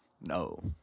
No